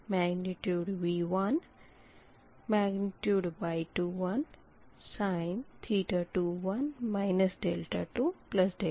यह है minus V2 फिर V1 फिर Y21फिर sin⁡21 21